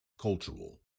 Cultural